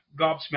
gobsmacked